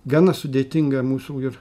gana sudėtinga mūsų ir